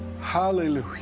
Hallelujah